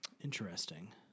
Interesting